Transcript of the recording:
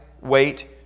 wait